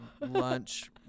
lunch